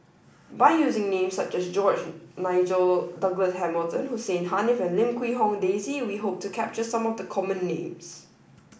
by using names such as George Nigel Douglas Hamilton Hussein Haniff and Lim Quee Hong Daisy we hope to capture some of the common names